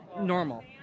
normal